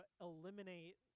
eliminate